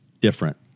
different